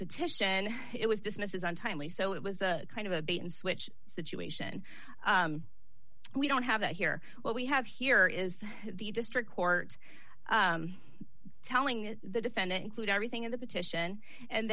petition it was dismissed as untimely so it was a kind of a bait and switch situation and we don't have that here what we have here is the district court telling the defendant include everything in the petition and